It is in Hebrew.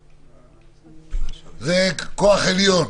זה כוח עליון.